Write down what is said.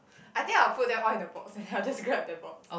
I think I would put that all in a box and then I'd just grab that box